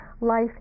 life